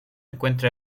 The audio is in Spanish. encuentra